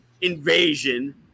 invasion